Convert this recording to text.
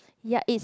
ya is